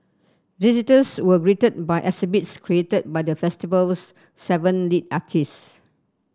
visitors were greeted by exhibits created by the festival's seven lead artists